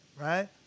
right